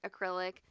acrylic